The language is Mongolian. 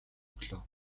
өглөө